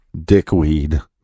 dickweed